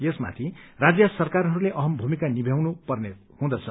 यसमाथि राज्य सरकारहस्ले अहम भूमिका निभ्याउनु पर्ने हुँदछ